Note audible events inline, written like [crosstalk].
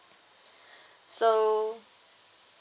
[breath] so